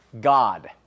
God